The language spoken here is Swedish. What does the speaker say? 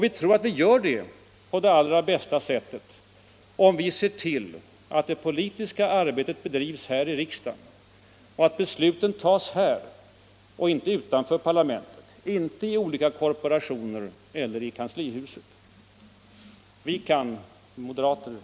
Vi tror att vi gör det på det allra bästa sättet, om vi ser till att det politiska arbetet bedrivs i riksdagen och att besluten tas där och inte utanför parlamentet, inte i olika korporationer eller i kanslihuset.